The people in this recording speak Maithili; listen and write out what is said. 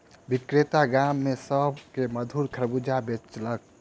विक्रेता गाम में सभ के मधुर खरबूजा बेचलक